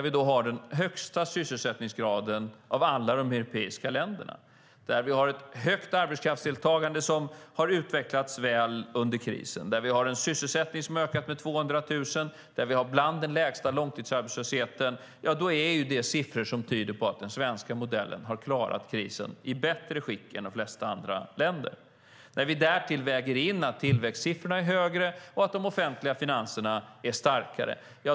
Vi har den högsta sysselsättningsgraden av alla de europeiska länderna. Vi har ett stort arbetskraftsdeltagande som har utvecklats väl under krisen. Sysselsättningen har ökat med 200 000, och vi har bland den lägsta långtidsarbetslösheten. Det är siffror som tyder på att den svenska modellen har klarat krisen i bättre skick än de flesta andra länders. Därtill kan vi väga in att tillväxtsiffrorna är högre och att de offentliga finanserna är starkare.